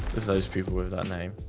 as those people with that name